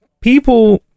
people